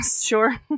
sure